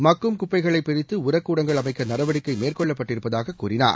மக்கும் குப்பைகளை பிரித்து உரக்கூடங்கள் அமைக்க நடவடிக்கை மேற்கொள்ளப்பட்டிருப்பதாக கூறினார்